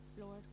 Lord